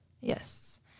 Yes